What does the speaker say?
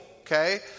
okay